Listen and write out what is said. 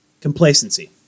Complacency